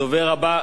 הדובר הבא,